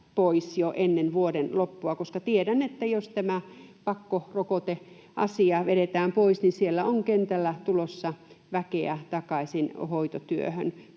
pois jo ennen vuoden loppua, koska tiedän, että jos tämä pakkorokoteasia vedetään pois, niin siellä on kentällä tulossa väkeä takaisin hoitotyöhön.